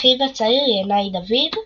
אחיו הצעיר, ינאי דוד,